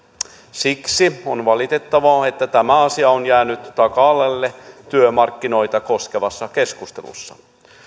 siksi on valitettavaa että tämä asia on jäänyt taka alalle työmarkkinoita koskevassa keskustelussa